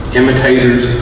imitators